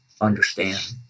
understand